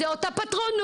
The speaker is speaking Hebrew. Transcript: זו אותה פטרונות,